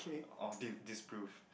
or dis~ disprove